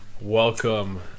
Welcome